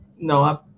No